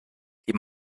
die